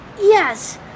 Yes